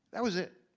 that was it.